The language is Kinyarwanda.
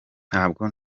ntabwo